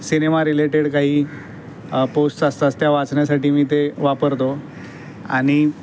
cinema related काही post असतात त्या वाचण्यासाठी मी ते वापरतो आणि